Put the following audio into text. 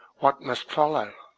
what must follow?